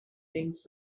links